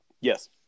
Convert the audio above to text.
Yes